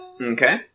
Okay